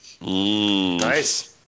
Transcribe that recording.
Nice